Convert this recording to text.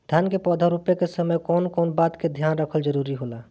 धान के पौधा रोप के समय कउन कउन बात के ध्यान रखल जरूरी होला?